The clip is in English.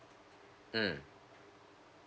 mm